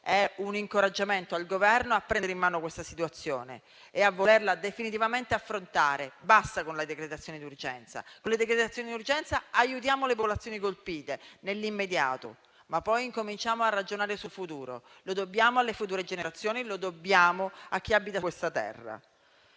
un incoraggiamento al Governo a prendere in mano questa situazione e a volerla definitivamente affrontare. Basta con la decretazione d'urgenza! Con le decretazioni d'urgenza aiutiamo le popolazioni colpite nell'immediato, ma poi cominciamo a ragionare sul futuro. Lo dobbiamo alle future generazioni, lo dobbiamo a chi abita questa terra.